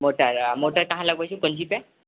मोटाई मोटाई कहाँ लगबै छै पे